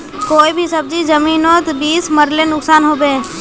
कोई भी सब्जी जमिनोत बीस मरले नुकसान होबे?